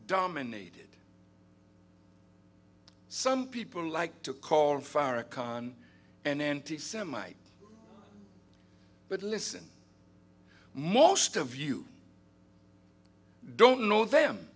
dominated some people like to call farrakhan an anti semite but listen most of you don't know them